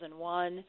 2001